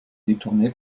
détourné